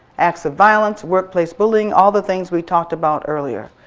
acts of violence, workplace bullying. all the things we talked about earlier.